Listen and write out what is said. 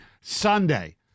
Sunday